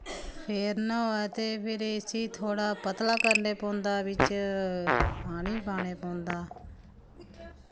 फेरना होऐ ते फिर इस्सी थोह्ड़ा पतला करने पौंदा बिच्च पानी पाने पौंदा